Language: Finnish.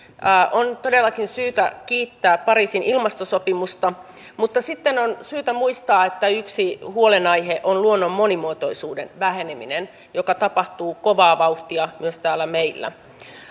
on todellakin syytä kiittää pariisin ilmastosopimusta mutta sitten on syytä muistaa että yksi huolenaihe on luonnon monimuotoisuuden väheneminen joka tapahtuu kovaa vauhtia myös täällä meillä